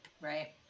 Right